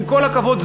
עם כל הכבוד,